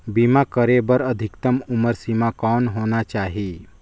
बीमा करे बर अधिकतम उम्र सीमा कौन होना चाही?